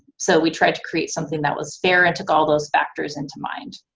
so we tried to create something that was fair and took all those factors into mind.